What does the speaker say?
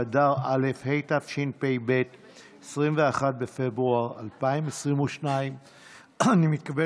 כ"ב באדר א' התשפ"ב / 21 23 בפברואר 2022 / 21